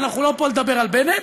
אבל אנחנו לא פה לדבר על בנט,